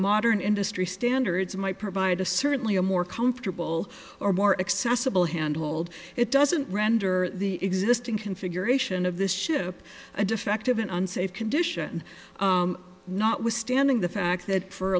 modern industry standards might provide a certainly a more comfortable or more accessible handled it doesn't render the existing configuration of this ship a defective unsafe condition notwithstanding the fact that for